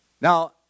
Now